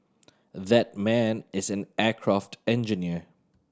that man is an aircraft engineer